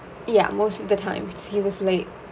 ya most of the times he was late